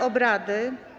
obrady.